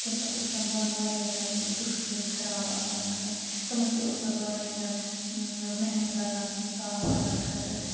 تَمہِ پَتہٕ ٲسۍ تِم بانہٕ واریاہ زیادٕ یِم دُہہ سۭتۍ خراب آسان گٔمتۍ تِمَن تہِ اوس پَتہٕ واریاہ زیادٕ محنت لگان سُہ صاف کَرنہٕ خٲطرٕ